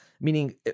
meaning